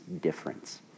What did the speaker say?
difference